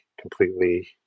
completely